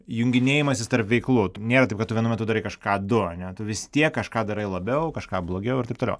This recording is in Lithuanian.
junginėjimasis tarp veiklų nėra taip kad tu vienu metu darai kažką du ane tu vis tiek kažką darai labiau kažką blogiau ir taip toliau